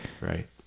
right